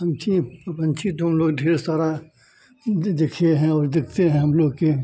ऊँचे पंछी तो हम लोग ढेर सारा देखिए हैं और देखते हैं हम लोग के